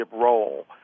role